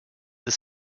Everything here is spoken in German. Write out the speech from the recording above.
des